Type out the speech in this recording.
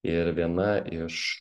ir viena iš